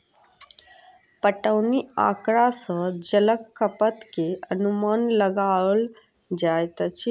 पटौनी आँकड़ा सॅ जलक खपत के अनुमान लगाओल जाइत अछि